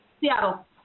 Seattle